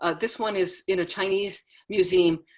ah this one is in a chinese museum.